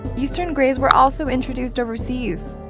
eastern greys were also introduced overseas,